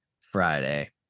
Friday